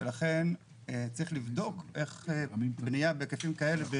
לכן צריך לבדוק איך בניה בהיקפים כאלה,